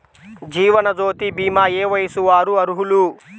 జీవనజ్యోతి భీమా ఏ వయస్సు వారు అర్హులు?